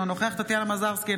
אינו נוכח טטיאנה מזרסקי,